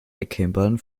erkennbaren